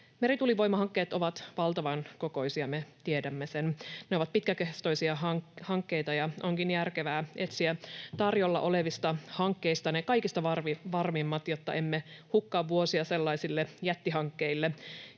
Merituulivoimahankkeet ovat valtavan kokoisia, me tiedämme sen. Ne ovat pitkäkestoisia hankkeita, ja onkin järkevää etsiä tarjolla olevista hankkeista ne kaikista varmimmat, jotta emme hukkaa vuosia sellaisille jättihankkeille,